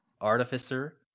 Artificer